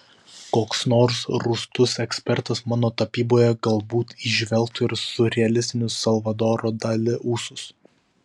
koks nors rūstus ekspertas mano tapyboje galbūt įžvelgtų ir siurrealistinius salvadoro dali ūsus